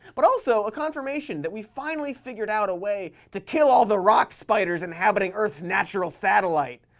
but also a confirmation that we've finally figured out a way to kill all the rock spiders inhabiting earth's natural satellite.